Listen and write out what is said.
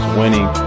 winning